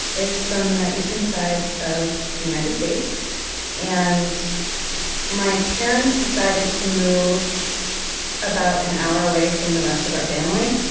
is from the eastern side of the united states and my parents decided to move about an hour away from the rest of our family.